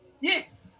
Yes